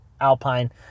Alpine